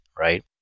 right